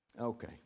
Okay